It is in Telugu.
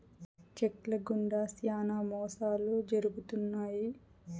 చెక్ ల గుండా శ్యానా మోసాలు జరుగుతున్నాయి